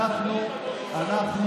מה עם,